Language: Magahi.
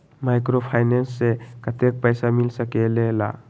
माइक्रोफाइनेंस से कतेक पैसा मिल सकले ला?